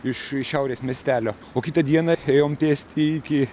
iš šiaurės miestelio o kitą dieną ėjom pėsti iki